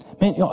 Man